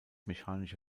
mechanische